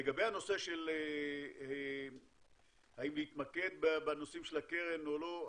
לגבי הנושא האם להתמקד בנושאים של הקרן או לא,